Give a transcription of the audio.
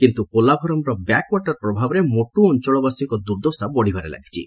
କିନ୍ତୁ ପୋଲାଭରମର backwater ପ୍ରଭାବରେ ମୋଟୁ ଅଂଚଳବାସୀଙ୍କ ଦୁର୍ଦ୍ଦଶା ବଢ଼ିବାରେ ଲାଗିଛି